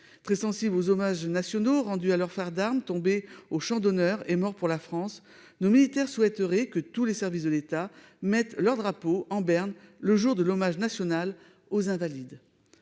Très sensibles aux hommages nationaux rendus à leurs frères d'armes tombés au champ d'honneur et morts pour la France, nos militaires souhaiteraient que tous les services de l'État mettent leurs drapeaux en berne le jour de l'hommage national aux Invalides.